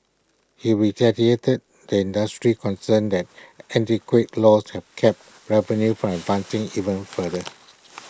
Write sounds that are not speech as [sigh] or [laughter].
he [unintelligible] the industry's concerns that antiquated laws have capped revenue from [noise] advancing even further [noise]